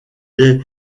est